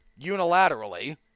unilaterally